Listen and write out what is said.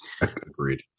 Agreed